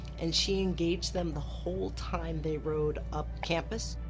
and she engaged them the whole time they rode up campus.